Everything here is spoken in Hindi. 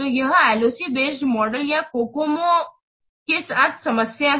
तो यह L O C based model या COCOMOS के साथ समस्या है